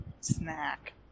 snack